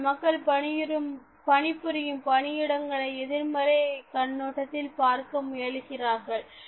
இதனால் மக்கள் பணிபுரியும் பணியிடங்களை எதிர்மறை கண்ணோட்டத்தில் பார்க்க முயலுகிறார்கள்